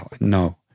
No